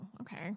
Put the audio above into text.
okay